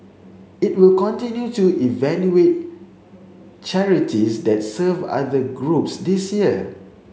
it will continue to evaluate charities that serve other groups this year